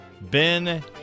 Ben